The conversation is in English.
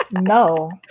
No